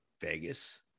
vegas